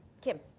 Kim